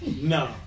No